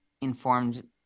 informed